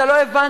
אתה לא הבנת.